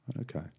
Okay